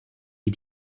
wie